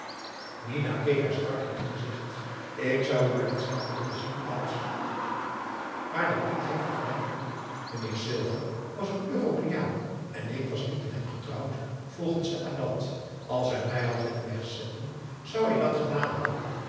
keek haar strak in het gezicht ik zou u wel eens hebben willen zien als maar dat liet geen vergelijking toe meneer silver was een europeaan en ik was niet met hem getrouwd volgens de adat als hij mij had willen wegzenden zou hij dat gedaan hebben